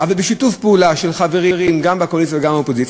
אבל בשיתוף פעולה של חברים גם בקואליציה וגם באופוזיציה,